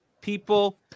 people